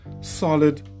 solid